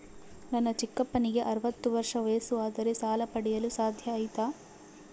ನನ್ನ ಚಿಕ್ಕಪ್ಪನಿಗೆ ಅರವತ್ತು ವರ್ಷ ವಯಸ್ಸು ಆದರೆ ಸಾಲ ಪಡೆಯಲು ಸಾಧ್ಯ ಐತಾ?